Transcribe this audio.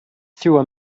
through